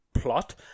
plot